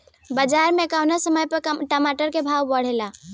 बाजार मे कौना समय मे टमाटर के भाव बढ़ेले?